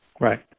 Right